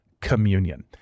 Communion